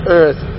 earth